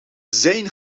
zijn